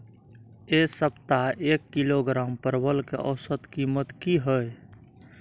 ऐ सप्ताह एक किलोग्राम परवल के औसत कीमत कि हय?